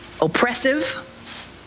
oppressive